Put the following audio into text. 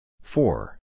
Four